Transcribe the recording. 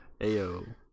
Ayo